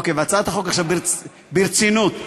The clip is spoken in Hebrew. ועכשיו ברצינות.